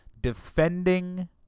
defending